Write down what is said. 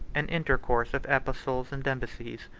an intercourse of epistles and embassies,